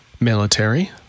military